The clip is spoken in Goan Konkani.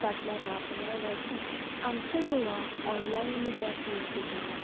फाटल्या धा पन्रास वर्सां आमचें गोवा ऑनलायन मिडयाक लिंक जालां